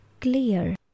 clear